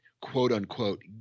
quote-unquote